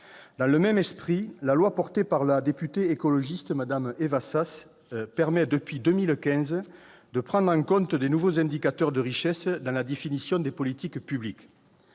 Dans le même esprit, la loi portée par la députée écologiste Éva Sas permet depuis 2015 de « prendre en compte des nouveaux indicateurs de richesse dans la définition des politiques publiques